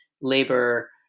labor